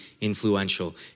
influential